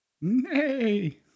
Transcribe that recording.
Nay